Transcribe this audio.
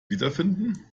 wiederfinden